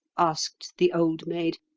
asked the old maid,